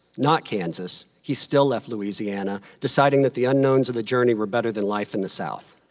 not kansas, he still left louisiana, deciding that the unknowns of the journey were better than life in the south.